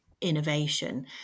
innovation